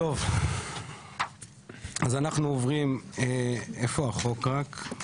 טוב, אז אנחנו עוברים איפה החוק רק?